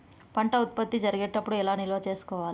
పంట ఉత్పత్తి జరిగేటప్పుడు ఎలా నిల్వ చేసుకోవాలి?